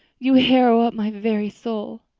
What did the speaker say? you harrow up my very soul.